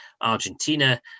Argentina